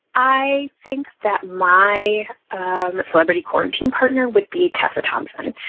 i think that my celebrity coordination partner would be tougher times.